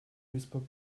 duisburg